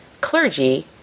clergy